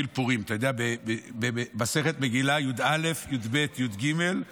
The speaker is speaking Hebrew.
ובפורים הייתה העלמת עין מהחורבן,